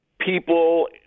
people